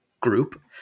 group